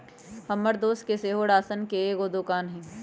हमर दोस के सेहो राशन के एगो दोकान हइ